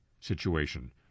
situation